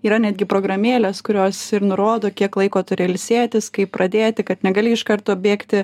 yra netgi programėlės kurios ir nurodo kiek laiko turi ilsėtis kaip pradėti kad negali iš karto bėgti